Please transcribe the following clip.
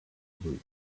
boots